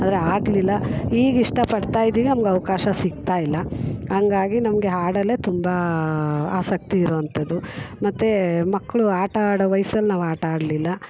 ಆದರೆ ಆಗಲಿಲ್ಲ ಈಗ ಇಷ್ಟಪಡ್ತಾಯಿದ್ದೀನಿ ನಮ್ಗೆ ಅವಕಾಶ ಸಿಕ್ತಾಯಿಲ್ಲ ಹಂಗಾಗಿ ನಮಗೆ ಹಾಡಲ್ಲೇ ತುಂಬ ಆಸಕ್ತಿ ಇರುವಂಥದ್ದು ಮತ್ತೆ ಮಕ್ಕಳು ಆಟ ಆಡೋ ವಯ್ಸಲ್ಲಿ ನಾವು ಆಟ ಆಡಲಿಲ್ಲ